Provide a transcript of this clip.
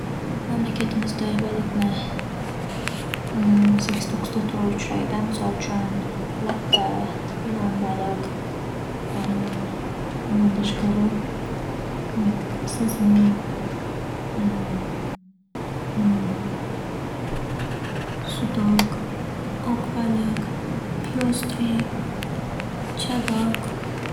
Mamlakatimizda baliqni sakkiz-to'qqizta turi uchraydi. Misol uchun, laqqa, ilon baliq, bundan tashqari, sazan, yana sudoq, oq baliq, pyostri, chavoq.